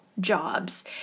jobs